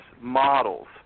models